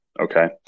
Okay